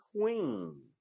queen